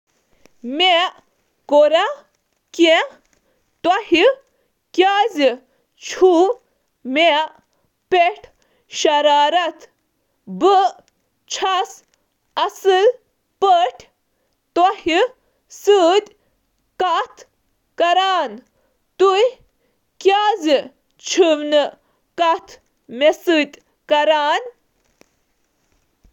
بہٕ کیٛاہ چھُس ژےٚ سۭتۍ کران؟ تۄہہِ کیٛازِ چُھو شرارت؟ بہٕ چُھس ژےٚ سۭتۍ کتھ کران، مگر ژٕ کیازِ چھُنہٕ مےٚ سۭتۍ اصل پٲٹھۍ کتھ کران؟